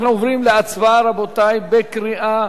אנחנו עוברים להצבעה, רבותי, בקריאה